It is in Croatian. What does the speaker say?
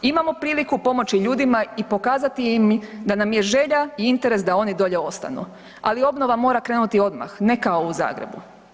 Imamo priliku pomoći ljudima i pokazati im da nam je želja i interes da oni dolje ostanu, ali obnova mora krenuti odmah, ne kao u Zagrebu.